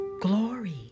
glory